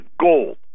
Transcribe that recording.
gold